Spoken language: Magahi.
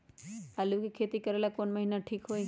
आलू के खेती करेला कौन महीना ठीक होई?